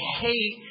hate